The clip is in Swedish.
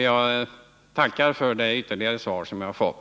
Jag tackar för det ytterligare svar jag fått.